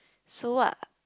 so what